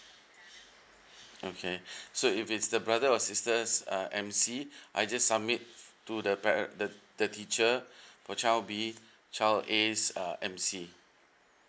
okay so if it's the brother or sister's M_C I just submit to the pare~ the the teacher for child b child a's M_C